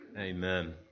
Amen